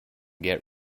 get